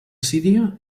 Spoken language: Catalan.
síria